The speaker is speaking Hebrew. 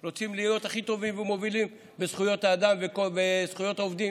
רוצים להיות הכי טובים ומובילים בזכויות האדם ובזכויות העובדים.